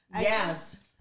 Yes